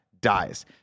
dies